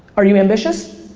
are you ambitious?